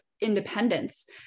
independence